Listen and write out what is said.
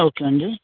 okay అండి